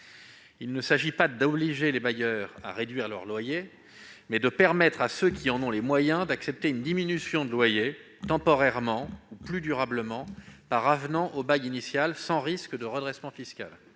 Il ne s'agit pas d'obliger les bailleurs à réduire leurs loyers, mais de permettre à ceux qui en ont les moyens d'accepter une diminution de loyer, temporaire ou plus durable, par avenant au bail initial, sans risque de redressement fiscal.